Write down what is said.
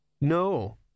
No